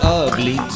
ugly